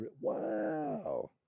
Wow